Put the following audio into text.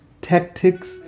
Tactics